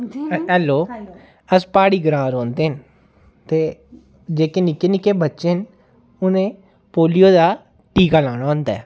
hello अस प्हाड़ी ग्रांऽ रौंह्दे न ते जेह्की निक्के निक्के बच्चें न उ'नें पोलियो दा टीका लाना होंदा ऐ